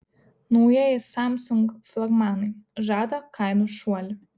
naujieji samsung flagmanai žada kainų šuolį